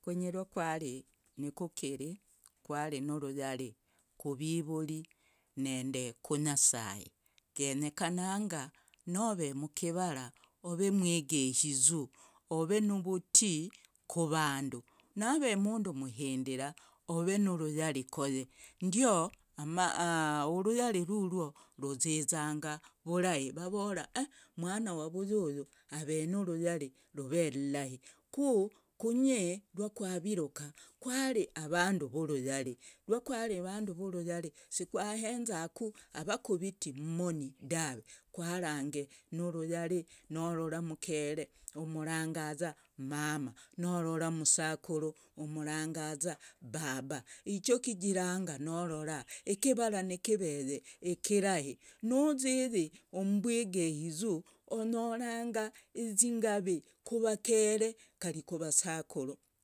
Kunyi rwakwari nukukiri. kwari nuruyari kuvivuri nende kunyasaye gekenyekananga november mkivara ove mwegehizu ove nuvuti kuvandu nave mundu mhindira ove nuruyari koye ndioamaa uruyari rurwo ruzizanga vurahi vavora aih mwana wavuyu avenuruyari ruvellahi kukunyi rwakaviruka kwari avandu ruyari rwakwari avandu vuruyari sikwahenzaku avakuviti mmoni dave kwarange nuruyari motors mkere. umrangaza mama norora. msakuru umrangaza baba icho kijiranga norora ikivara nakeveye ikirahi nuzyi mmbwegehizu onyoranga izingavi kuvareke kari kivasakuru.